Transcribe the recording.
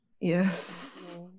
Yes